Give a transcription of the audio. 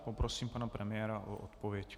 Poprosím pana premiéra o odpověď.